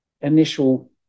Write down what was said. initial